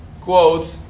quotes